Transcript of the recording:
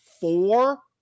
four